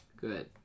Good